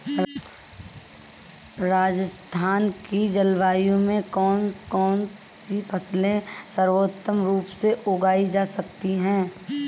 राजस्थान की जलवायु में कौन कौनसी फसलें सर्वोत्तम रूप से उगाई जा सकती हैं?